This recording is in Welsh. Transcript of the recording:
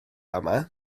yma